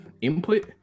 input